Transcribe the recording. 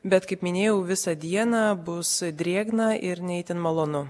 bet kaip minėjau visą dieną bus drėgna ir ne itin malonu